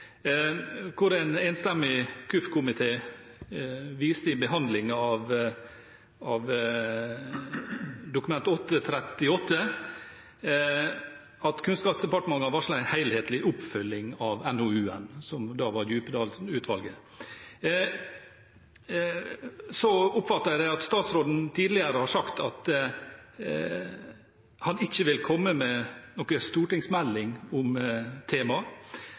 En enstemmig KUF-komité viste, i behandlingen av Dokument 8:38 S for 2015–2016, at Kunnskapsdepartementet har varslet en helhetlig oppfølging av NOU-en, altså Djupedal-utvalgets rapport. Jeg oppfattet at statsråden tidligere har sagt at han ikke vil komme med noen stortingsmelding om temaet,